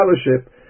scholarship